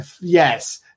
yes